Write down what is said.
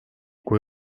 kui